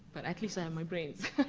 but at least i have my brains.